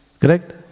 Correct